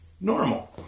normal